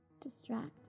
Distract